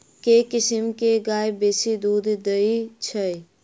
केँ किसिम केँ गाय बेसी दुध दइ अछि?